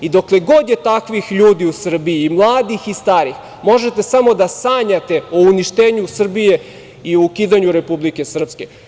Dokle god je takvih ljudi u Srbiji, i mladih i starih, možete samo da sanjate o uništenju Srbije i o ukidanju Republike Srpske.